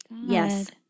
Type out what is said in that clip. Yes